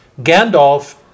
Gandalf